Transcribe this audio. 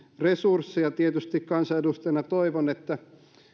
resursseja tietysti kansanedustajana toivon että